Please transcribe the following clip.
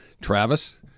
Travis